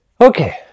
okay